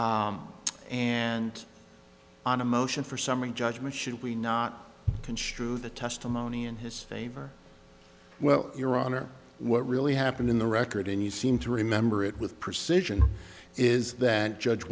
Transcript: and on a motion for summary judgment should we not construe the testimony in his favor well your honor what really happened in the record and you seem to remember it with precision is that judge